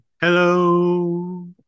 hello